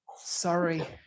sorry